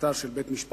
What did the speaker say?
להחלטה של בית-משפט,